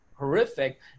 horrific